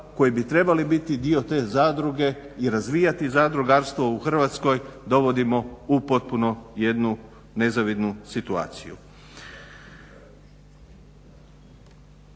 koji bi trebali biti dio te zadruge i razvijati zadrugarstvo u Hrvatskoj dovodimo u potpuno jednu nezavidnu situaciju.